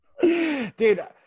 Dude